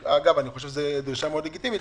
אגב, אני חושב שזו דרישה לגיטימית מאוד.